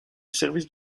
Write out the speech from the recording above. service